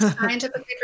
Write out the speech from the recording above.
Scientifically